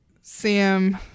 Sam